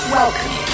welcome